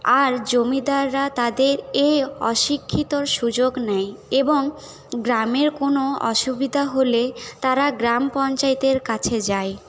আর জমিদাররা তাদের এই অশিক্ষিতর সুযোগ নেয় এবং গ্রামের কোনো অসুবিধা হলে তারা গ্রাম পঞ্চায়েতের কাছে যায়